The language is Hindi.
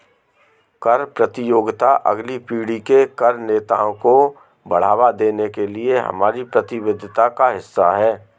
कर प्रतियोगिता अगली पीढ़ी के कर नेताओं को बढ़ावा देने के लिए हमारी प्रतिबद्धता का हिस्सा है